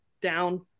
down